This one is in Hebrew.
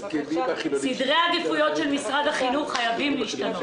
סדרי העדיפויות של משרד החינוך חייבים להשתנות